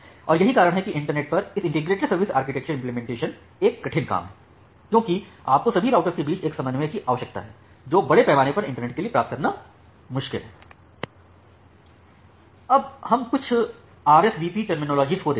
और यही कारण है कि इंटरनेट पर इस इंटेग्रेड सर्विस आर्किटेक्चर इम्पलेमेंटेशन एक कठिन काम है क्योंकि आपको सभी राउटरके बीच एक समन्वय की आवश्यकता है जो बड़े पैमाने पर इंटरनेट के लिए प्राप्त करना मुश्किल है अब हम कुछ आरएसवीपीRSVP टर्मिनोलॉजी देखते हैं